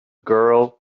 girl